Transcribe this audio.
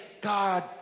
God